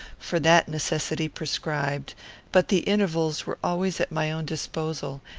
for that necessity prescribed but the intervals were always at my own disposal,